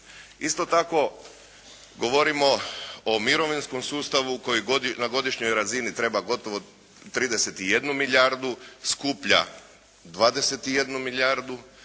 Isto tako govorimo o mirovinskom sustavu koji na godišnjoj razini treba gotovo 31 milijardu, skuplja 21 milijardu,